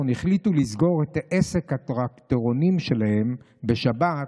החליטו לסגור את עסק הטרקטורונים שלהם בשבת,